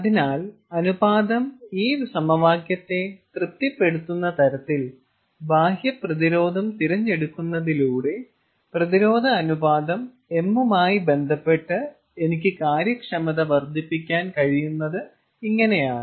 അതിനാൽ അനുപാതം ഈ സമവാക്യത്തെ തൃപ്തിപ്പെടുത്തുന്ന തരത്തിൽ ബാഹ്യ പ്രതിരോധം തിരഞ്ഞെടുക്കുന്നതിലൂടെ പ്രതിരോധ അനുപാതം m യുമായി ബന്ധപ്പെട്ട് എനിക്ക് കാര്യക്ഷമത വർദ്ധിപ്പിക്കാൻ കഴിയുന്നത് ഇങ്ങനെയാണ്